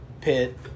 pit